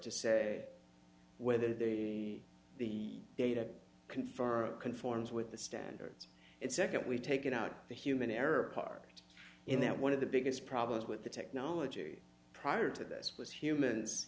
to say whether they the data confer conforms with the standards and second we've taken out the human error part in that one of the biggest problems with the technology prior to this was humans